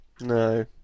No